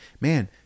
man